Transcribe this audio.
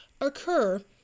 occur